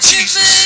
Jesus